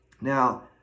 Now